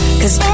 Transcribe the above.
cause